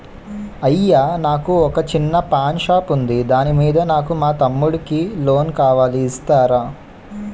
అయ్యా నాకు వొక చిన్న పాన్ షాప్ ఉంది దాని మీద నాకు మా తమ్ముడి కి లోన్ కావాలి ఇస్తారా?